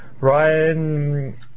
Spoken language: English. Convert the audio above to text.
Ryan